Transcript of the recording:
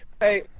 Hey